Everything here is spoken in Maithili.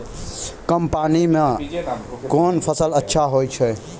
कम पानी म कोन फसल अच्छाहोय छै?